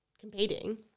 competing